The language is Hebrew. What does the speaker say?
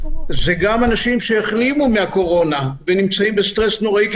הן גם של אנשים שהחלימו מקורונה ונמצאים בסטרס נוראי,